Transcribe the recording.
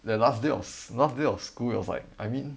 the last day of s~ last day of school it was like I mean